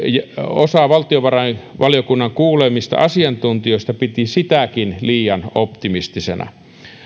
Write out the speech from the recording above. osa valtiovarainvaliokunnan kuulemista asiantuntijoista piti sitäkin liian optimistisena